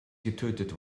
getötet